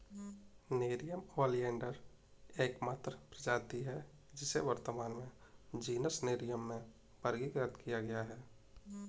nerium oleander एकमात्र प्रजाति है जिसे वर्तमान में जीनस नेरियम में वर्गीकृत किया गया है